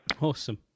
Awesome